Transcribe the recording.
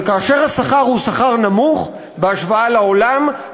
אבל כאשר השכר הוא שכר נמוך בהשוואה לעולם,